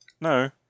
no